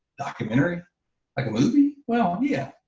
documentary, like a movie? well, yeah.